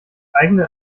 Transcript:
eigenen